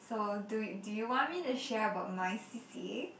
so do do you want me to share about my c_c_a